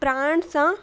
प्राण सां